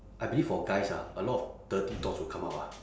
I believe for guys ah a lot of dirty thoughts will come out lah